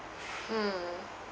hmm